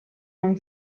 non